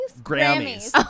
Grammys